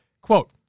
Quote